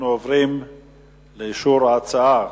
אנחנו עוברים לאישור ההצעה,